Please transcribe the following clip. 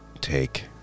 take